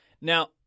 Now